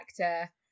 actor